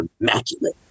immaculate